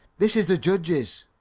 this is the judge's